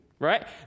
right